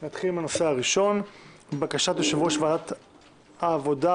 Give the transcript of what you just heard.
בקשת יושב-ראש ועדת העבודה,